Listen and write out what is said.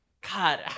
God